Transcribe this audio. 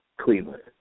Cleveland